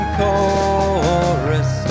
chorus